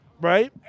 right